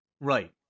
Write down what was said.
Right